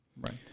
right